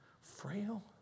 frail